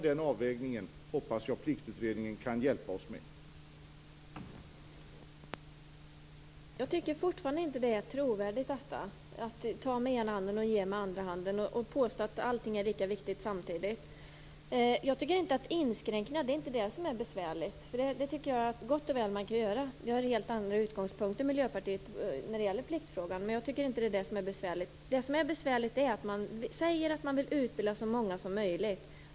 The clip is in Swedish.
Jag hoppas att Pliktutredningen kan hjälpa oss med att finna den avvägningen.